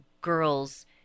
girls